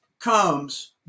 comes